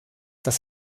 das